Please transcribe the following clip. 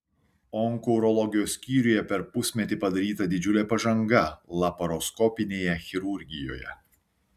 onkourologijos skyriuje per pusmetį padaryta didžiulė pažanga laparoskopinėje chirurgijoje